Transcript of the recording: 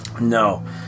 No